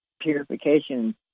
purification